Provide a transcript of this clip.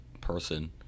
person